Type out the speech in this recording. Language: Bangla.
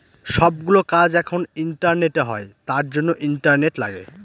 সব গুলো কাজ এখন ইন্টারনেটে হয় তার জন্য ইন্টারনেট লাগে